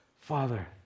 Father